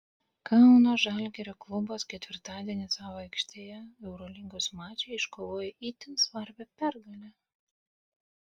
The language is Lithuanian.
kauno žalgirio klubas ketvirtadienį savo aikštėje eurolygos mače iškovojo itin svarbią pergalę